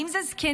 אם זה זקנים,